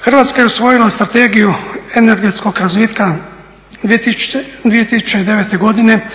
Hrvatska je usvojila Strategiju energetskog razvitka 2009.godine